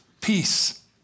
peace